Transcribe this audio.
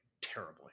terribly